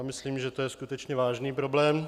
Myslím, že to je skutečně vážný problém.